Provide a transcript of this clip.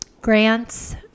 grants